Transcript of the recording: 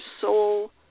soul